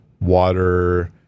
water